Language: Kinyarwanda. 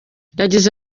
yagize